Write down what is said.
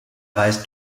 weist